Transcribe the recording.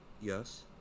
Yes